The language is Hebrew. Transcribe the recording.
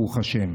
ברוך השם.